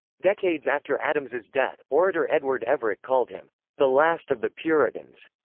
decades after adams's death, orator edward everett called him the last of the puritans.